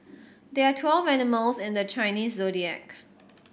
there are twelve animals in the Chinese Zodiac